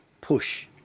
push